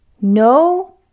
No